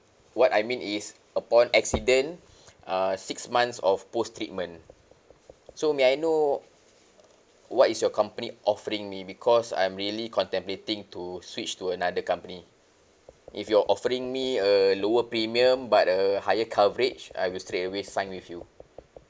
what I mean is upon accident uh six months of post-treatment so may I know what is your company offering me because I'm really contemplating to switch to another company if you're offering me uh lower premium but a higher coverage I will straight away sign with you